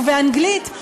ובאנגלית,